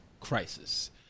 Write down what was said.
crisis